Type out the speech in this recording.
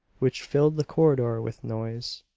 which filled the corridor with noise.